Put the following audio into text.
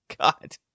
God